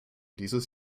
dieses